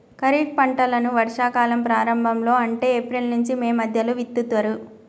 ఖరీఫ్ పంటలను వర్షా కాలం ప్రారంభం లో అంటే ఏప్రిల్ నుంచి మే మధ్యలో విత్తుతరు